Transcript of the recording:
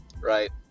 Right